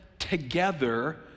Together